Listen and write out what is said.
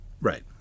Right